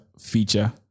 feature